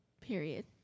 Period